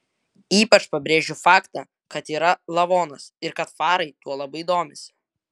ypač pabrėžiu faktą kad yra lavonas ir kad farai tuo labai domisi